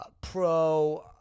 pro